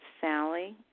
Sally